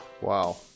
wow